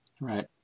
Right